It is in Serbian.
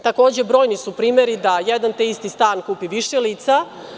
Takođe, brojni su primeri da jedan te isti stan kupi više lica.